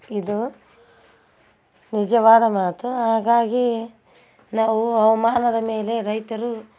ಇದು ನಿಜವಾದ ಮಾತು ಹಾಗಾಗಿ ನಾವು ಹವಮಾನದ ಮೇಲೆ ರೈತರು